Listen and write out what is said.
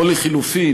או לחלופין,